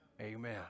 Amen